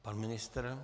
Pan ministr?